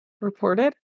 Reported